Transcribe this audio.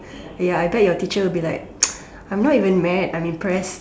ya I bet your teacher will be like I'm not even mad I'm impressed